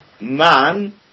Man